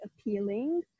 appealing